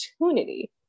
opportunity